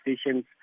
stations